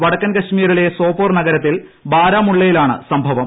വടക്കൻ കശ്മീരിലെ സോപോർ നഗരത്തിൽ ബാരാമുള്ളയിലാണ് സംഭവം